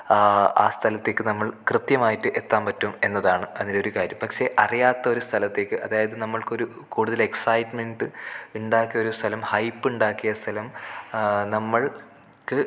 ആ സ്ഥലത്തേക്ക് നമ്മൾ കൃത്യമായിട്ട് എത്താൻ പറ്റും എന്നതാണ് അതിലൊരു കാര്യം പക്ഷെ അറിയാത്തൊരു സ്ഥലത്തേക്ക് അതായത് നമ്മൾക്കൊരു കൂടുതൽ എക്സൈറ്റ്മെന്റ് ഇണ്ടാക്കിയൊരു സ്ഥലം ഹൈപ്പ് ഇണ്ടാക്കിയ സ്ഥലം നമ്മൾക്ക്